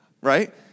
right